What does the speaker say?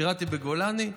שירתי בגולני,